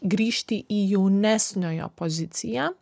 grįžti į jaunesniojo poziciją